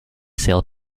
sail